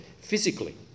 physically